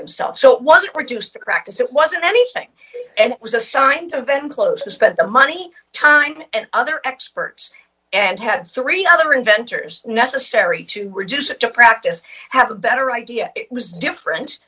himself so it wasn't reduced the practice it wasn't anything and was assigned to invent clothes and spent the money time and other experts and had three other inventors necessary to reduce it to practice have a better idea it was different